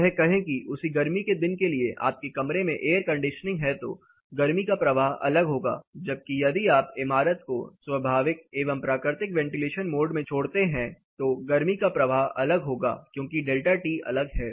यह कहें कि यदि उसी गर्मी के दिन के लिए आपके कमरे में एयर कंडीशनिंग है तो गर्मी का प्रवाह अलग होगा जबकि यदि आप इमारत को स्वाभाविक एवं प्राकृतिक वेंटीलेशन मोड में छोड़ते हैं तो गर्मी का प्रवाह अलग होगा क्योंकि डेल्टा T अलग है